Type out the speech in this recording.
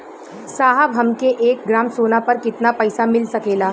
साहब हमके एक ग्रामसोना पर कितना पइसा मिल सकेला?